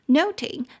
noting